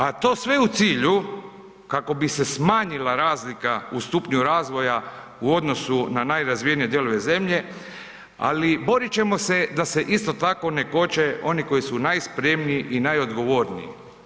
A to sve u cilju kako bi se smanjila razlika u stupnju razvoja u odnosu na najrazvijenije dijelove zemlje, ali borit ćemo se da se isto tako ne koče oni koji su najspremniji i najodgovorniji.